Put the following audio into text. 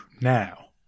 now